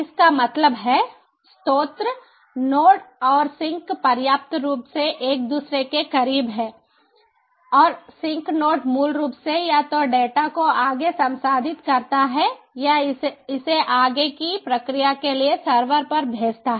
इसका मतलब है स्रोत नोड और सिंक पर्याप्त रूप से एक दूसरे के करीब हैं और सिंक नोड मूल रूप से या तो डेटा को आगे संसाधित करता है या इसे आगे की प्रक्रिया के लिए सर्वर पर भेजता है